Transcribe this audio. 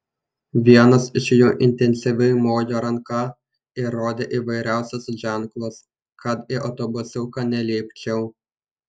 vienas iš jų intensyviai mojo ranka ir rodė įvairiausius ženklus kad į autobusiuką nelipčiau